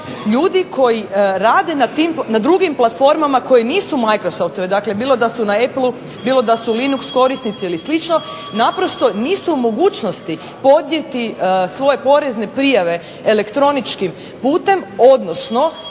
ljudi koji rade na drugim platformama koje nisu microsoftove dakle bilo da su na apelu bilo da su Linux korisnici ili slično naprosto nisu u mogućnosti podnijeti svoje porezne prijave elektroničkim putem odnosno